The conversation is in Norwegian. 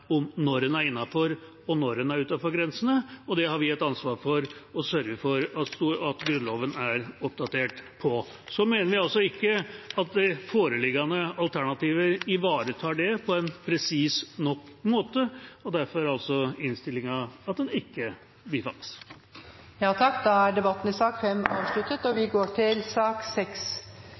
om når en er innenfor og når en er utenfor grensene. Det har vi et ansvar for å sørge for at Grunnloven er oppdatert på. Vi mener altså ikke at foreliggende alternativer ivaretar det på en presis nok måte, og derfor er innstillinga at det ikke bifalles. Flere har ikke bedt om ordet til sak nr. 5. Saken vi